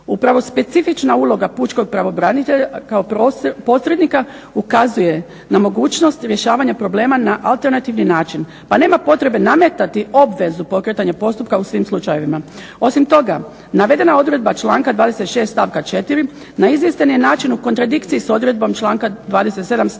Upravo specifična uloga pučkog pravobranitelja kao posrednika ukazuje na mogućnost rješavanja problema na alternativni način, pa nema potrebe nametati obvezu pokretanja postupka u svim slučajevima. Osim toga, navedena odredba članka 26. stavka 4. na izvjestan je način u kontradikciji sa odredbom članka 27. stavak